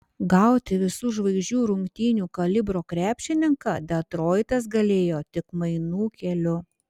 gauti visų žvaigždžių rungtynių kalibro krepšininką detroitas galėjo tik mainų keliu